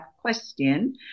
question